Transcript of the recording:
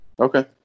Okay